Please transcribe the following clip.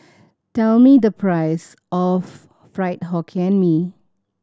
tell me the price of Fried Hokkien Mee